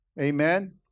Amen